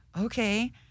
Okay